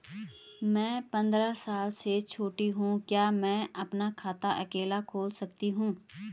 मैं पंद्रह साल से छोटी हूँ क्या मैं अपना खाता अकेला खोल सकती हूँ?